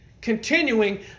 Continuing